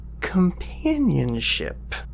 Companionship